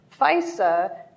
FISA